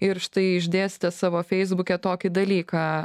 ir štai išdėstęs savo feisbuke tokį dalyką